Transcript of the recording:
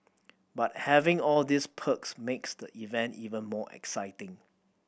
but having all these perks makes the event even more exciting